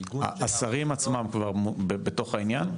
האיגוד --- השרים עצמם כבר בתוך העניין?